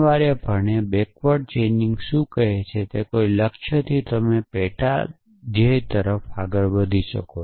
અનિવાર્યપણે પાછલા ચેઇનિંગ શું કહે છે તે તે છે કે કોઈ લક્ષ્યથી તમે પેટા ધ્યેય તરફ આગળ વધી શકો